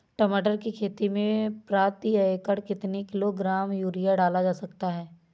टमाटर की खेती में प्रति एकड़ कितनी किलो ग्राम यूरिया डाला जा सकता है?